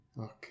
Okay